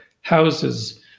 houses